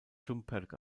šumperk